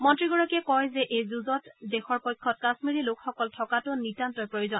মন্ত্ৰীগৰাকীয়ে কয় যে এই যুঁজত দেশৰ পক্ষত কাম্মিৰী লোকসকল থকাটো নিতান্তই প্ৰয়োজন